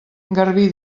garbí